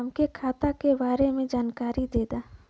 हमके खाता के बारे में जानकारी देदा?